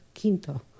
Quinto